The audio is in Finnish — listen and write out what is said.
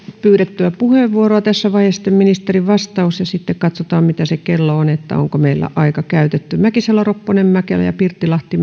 pyydettyä puheenvuoroa tässä vaiheessa sitten ministerin vastaus ja sitten katsotaan mitä se kello on että onko meillä aika käytetty mäkisalo ropponen mäkelä ja pirttilahti